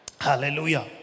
hallelujah